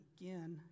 again